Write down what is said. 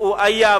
היום היה,